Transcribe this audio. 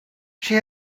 she